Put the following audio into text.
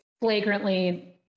flagrantly